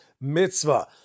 mitzvah